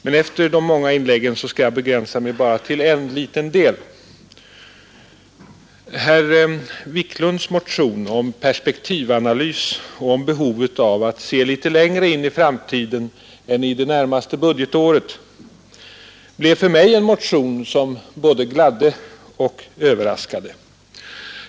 Men efter de många anförandena skall jag begränsa mig till bara en liten delfråga. Herr Wiklunds i Stockholm motion om perspektivanalys och behovet att se litet längre in i framtiden än det närmaste budgetåret blev för mig en motion som både gladde och överraskade.